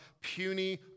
puny